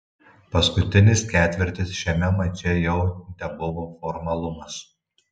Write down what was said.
paskutinis ketvirtis šiame mače jau tebuvo formalumas